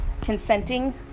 consenting